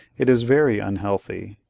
it is very unhealthy.